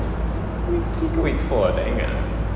week three ke week four ah tak ingat ah